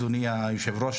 אדוני היושב-ראש,